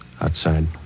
Outside